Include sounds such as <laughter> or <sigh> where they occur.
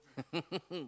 <laughs>